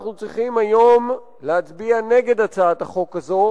אנחנו צריכים היום להצביע נגד הצעת החוק הזאת